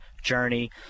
journey